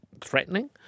threatening